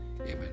Amen